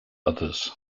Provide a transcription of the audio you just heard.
others